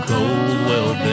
Coldwell